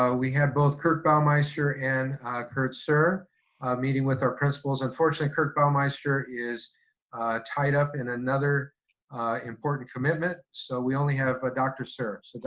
ah we have both kirk bauermeister and kurt suhr meeting with our principals. unfortunately, kirk bauermeister is tied up in another important commitment, so we only have ah dr. suhr. like